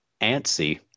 antsy